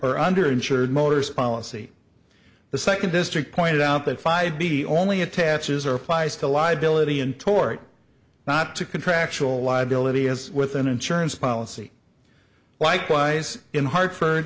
or under insured motors policy the second district pointed out that five be only attaches or applies to live billet ian tort not to contractual liability as with an insurance policy likewise in hartford